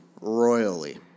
royally